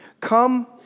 Come